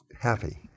happy